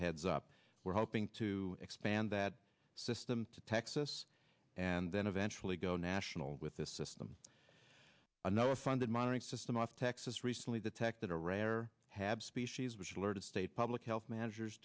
heads up we're hoping to expand that system to texas and then eventually go national with this system another funded monitoring system of texas recently the tech that are rare have species which alerted state public health managers